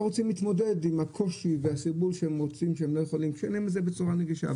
רוצים להתמודד עם הקושי ועם הציבור שאין לו את זה בצורה נגישה.